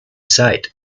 site